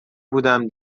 بودم